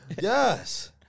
Yes